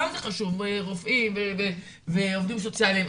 למרות שכולם זה חשוב-רופאים ועובדים סוציאליים,